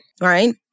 right